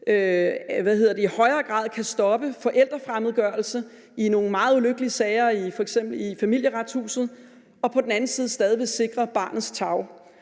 i højere grad kan stoppe forældrefremmedgørelse i nogle meget ulykkelige sager i f.eks. Familieretshuset og på den anden side stadig væk sikrer barnets tarv.